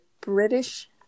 British